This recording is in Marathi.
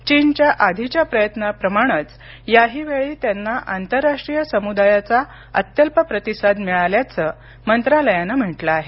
चीनच्या आधीच्या प्रयत्नाप्रमाणेच याहीवेळी त्यांना आंतरराष्ट्रीय समुदायाचा अत्यल्प प्रतिसाद मिळाल्याचं मंत्रालयानं म्हटलं आहे